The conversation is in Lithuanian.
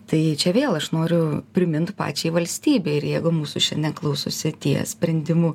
tai čia vėl aš noriu primint pačiai valstybei ir jeigu mūsų šiandien klausosi tie sprendimų